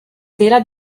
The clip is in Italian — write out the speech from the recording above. tela